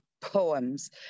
poems